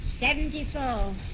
Seventy-four